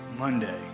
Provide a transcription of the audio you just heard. Monday